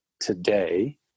today